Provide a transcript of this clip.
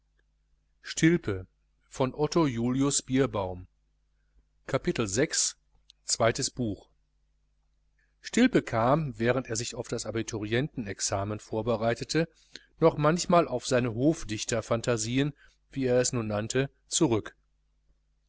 stilpe kam während er sich auf das abiturientenexamen vorbereitete noch manchmal auf seine hofdichterphantasieen wie er es nun nannte zurück